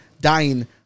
dying